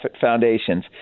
foundations